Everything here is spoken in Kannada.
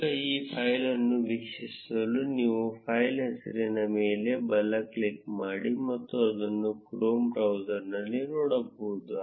ಈಗ ಈ ಫೈಲ್ ಅನ್ನು ವೀಕ್ಷಿಸಲು ನೀವು ಫೈಲ್ ಹೆಸರಿನ ಮೇಲೆ ಬಲ ಕ್ಲಿಕ್ ಮಾಡಿ ಮತ್ತು ಅದನ್ನು ಕ್ರೋಮ ಬ್ರೌಸರ್ನಲ್ಲಿ ನೋಡಬಹುದು